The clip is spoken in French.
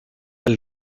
elle